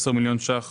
10 מיליון שקלים